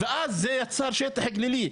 וזה יצר שטח גלילי,